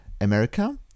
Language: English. america